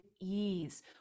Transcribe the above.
ease